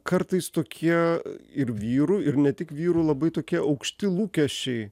kartais tokie ir vyrų ir ne tik vyrų labai tokie aukšti lūkesčiai